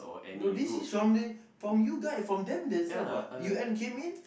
no this is normally from you guy from them themselves what U_N came in